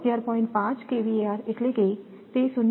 5 KVAr એટલે કે તે 0